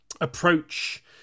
approach